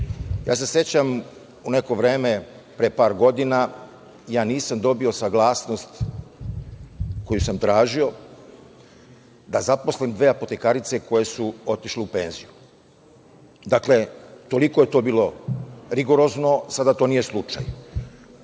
se sećam, u neko vreme, pre par godina, nisam dobio saglasnost koju sam tražio da zaposlim dve apotekarice koje su otišle u penziju. Dakle, toliko je to bilo rigorozno, a sada to nije slučaj.U